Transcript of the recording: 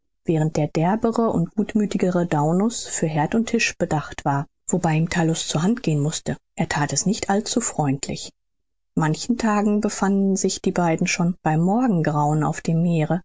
während der derbere und gutmüthigere daunus für herd und tisch bedacht war wobei ihm tullus zur hand gehen mußte er that es nicht allzufreudig manchen tag befanden sich die beiden schon beim morgengrauen auf dem meere